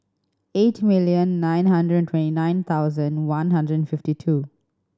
eight million nine hundred and twenty nine thousand one hundred and fifty two